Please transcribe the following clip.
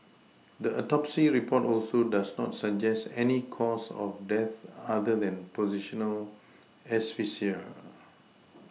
the Autopsy report also does not suggest any cause of death other than positional asphyxia